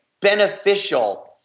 beneficial